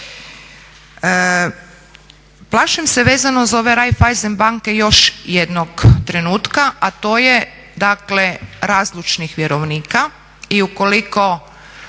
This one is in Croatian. Plašim se vezano za ove Raiffeisen banke još jednog trenutka, a to je dakle razlučnih vjerovnika i ukoliko